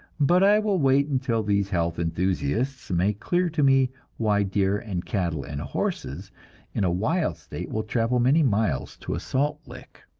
but i will wait until these health enthusiasts make clear to me why deer and cattle and horses in a wild state will travel many miles to a salt-lick.